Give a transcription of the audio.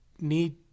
need